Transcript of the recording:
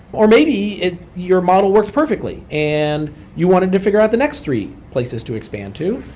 or maybe your model works perfectly and you wanted to figure out the next three places to expand to.